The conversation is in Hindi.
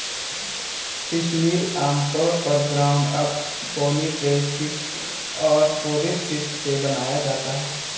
फिशमील आमतौर पर ground up, bony trash fish और फोरेज फिश से बनाया जाता है